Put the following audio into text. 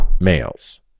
males